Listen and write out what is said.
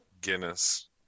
Guinness